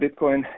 Bitcoin